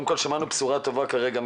קודם כול שמענו כרגע בשורה טובה מחגי.